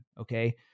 Okay